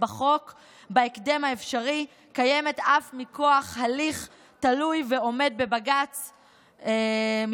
בחוק בהקדם האפשרי קיימת אף מכוח הליך תלוי ועומד בבג"ץ מס'